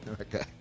okay